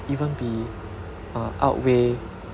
even be uh outweigh